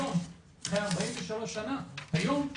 היום אחרי 43 שנים אני